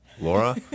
Laura